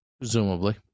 presumably